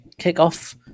kickoff